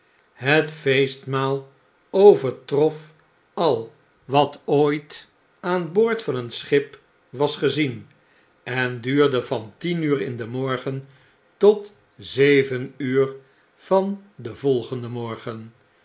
het feestmaal overtrof al wat ooit aan boord van een schip was gezien en duurde van tien uur in den morgen tot zeven uur van den volgenden morgen